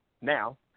now